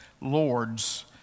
lords